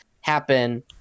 happen